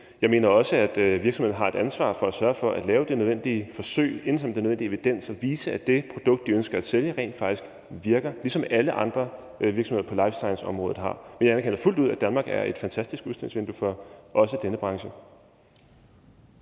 Jeg mener også, at virksomhederne har et ansvar for at sørge for at lave de nødvendige forsøg og indsamle den nødvendige evidens og vise, at det produkt, de ønsker at sælge, rent faktisk virker, ligesom alle andre virksomheder på life science-området har. Men jeg anerkender fuldt ud, at Danmark er et fantastisk udstillingsvindue for også denne branche.